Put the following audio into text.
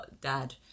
dad